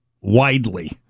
widely